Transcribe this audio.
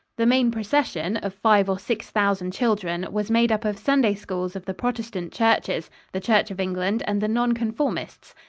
the main procession, of five or six thousand children, was made up of sunday schools of the protestant churches the church of england and the non-conformists.